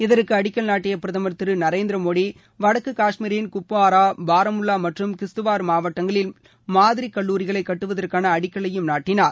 இதற்கு அடிக்கல் நாட்டிய பிரதமர் திரு நரேந்திர மோடி வடக்கு காஷ்மீரின் குப்வாரா பாரமுல்லா மற்றும் கிஷ்த்துவார் மாவட்டங்களில் மாதிரி கல்லாரிகளை கட்டுவதற்கான அடக்கல்லையும் நாட்டினார்